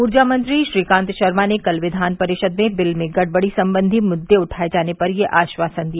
ऊर्जा मंत्री श्रीकांत शर्मा ने कल विधान परिषद में बिल में गड़बड़ी संबंधी मुद्दे उठाये जाने पर यह आश्वासन दिया